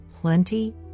plenty